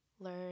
learn